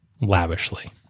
lavishly